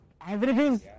averages